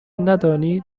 ندانید